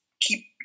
keep